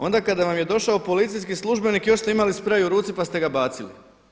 Onda kada vam je došao policijski službenik još ste imali sprej u ruci pa ste ga bacili.